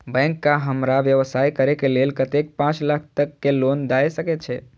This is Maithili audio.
बैंक का हमरा व्यवसाय करें के लेल कतेक पाँच लाख तक के लोन दाय सके छे?